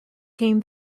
came